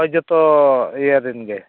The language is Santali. ᱦᱳᱭ ᱡᱚᱛᱚ ᱤᱭᱟᱹ ᱨᱮᱱ ᱜᱮ